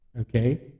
okay